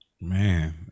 man